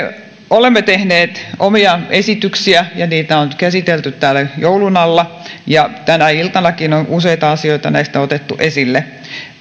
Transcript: olemme tehneet omia esityksiä ja niitä on käsitelty täällä joulun alla ja tänä iltanakin on useita asioita näistä otettu esille